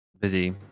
busy